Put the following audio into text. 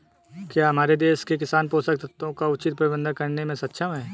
क्या हमारे देश के किसान पोषक तत्वों का उचित प्रबंधन करने में सक्षम हैं?